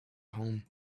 home